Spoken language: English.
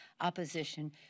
opposition